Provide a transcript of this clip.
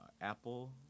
apple